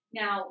now